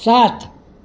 સાત